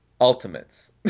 Ultimates